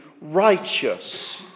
righteous